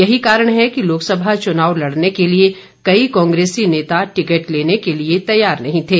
यही कारण है कि लोकसभा चुनाव लड़ने के लिए कई कांग्रेसी नेता टिकट लेने के लिए तैयार नहीं थे